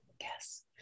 Yes